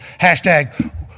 Hashtag